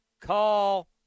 call